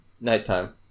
Nighttime